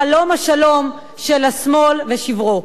חלום השלום של השמאל ושברו.